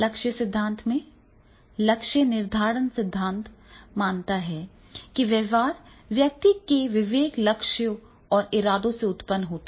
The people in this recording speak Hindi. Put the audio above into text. लक्ष्य सिद्धांत में लक्ष्य निर्धारण सिद्धांत मानता है कि व्यवहार व्यक्ति के विवेक लक्ष्यों और इरादों से उत्पन्न होता है